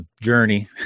journey